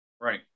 Right